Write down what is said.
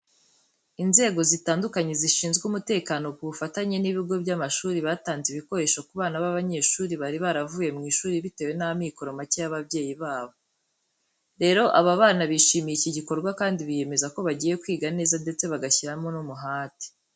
Inzego zitandukanye zishinzwe umutekano ku bufatanye n'ibigo by'amashuri batanze ibikoresho ku bana b'abanyeshuri bari baravuye mu ishuri bitewe n'amikoro make y'ababyeyi babo. Rero aba bana bishimiye iki gikorwa kandi biyemeza ko bagiye kwiga neza ndetse bagashyiramo n'umuhate.